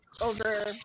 over